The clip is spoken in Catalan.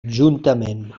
juntament